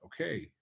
Okay